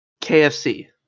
KFC